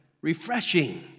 refreshing